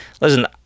Listen